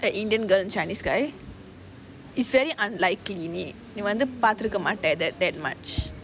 the indian girl chinese guy it's very unlikely நீ வந்து பாத்து இருக்க மாட்ட:nee vanthu paathu iruka maatta that that that much